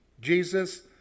Jesus